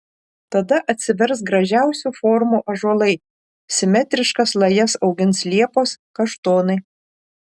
tada atsivers gražiausių formų ąžuolai simetriškas lajas augins liepos kaštonai